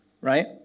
Right